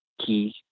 key